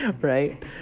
right